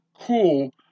cool